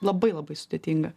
labai labai sudėtinga